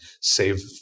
save